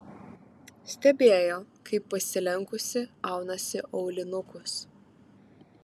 stebėjo kaip pasilenkusi aunasi aulinukus